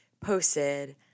posted